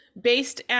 Based